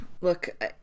look